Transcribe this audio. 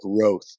growth